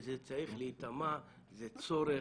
זה צורך.